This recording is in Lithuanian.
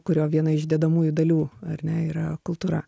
kurio viena iš dedamųjų dalių ar ne yra kultūra